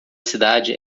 cidade